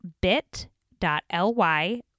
bit.ly